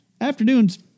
Afternoons